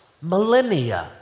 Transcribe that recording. millennia